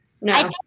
no